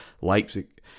Leipzig